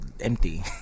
empty